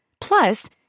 Plus